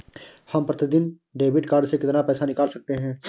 हम प्रतिदिन debit card से कितना पैसा निकाल सकते हैं?